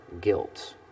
guilt